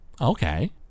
okay